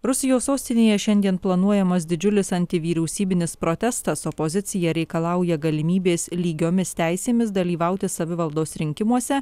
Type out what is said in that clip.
rusijos sostinėje šiandien planuojamas didžiulis antivyriausybinis protestas opozicija reikalauja galimybės lygiomis teisėmis dalyvauti savivaldos rinkimuose